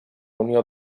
unió